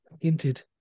Hinted